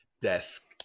desk